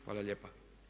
Hvala lijepa.